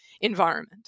environment